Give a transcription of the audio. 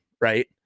right